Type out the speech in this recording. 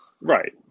Right